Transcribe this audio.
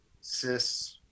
cis